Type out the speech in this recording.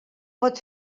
pot